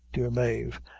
dear mave,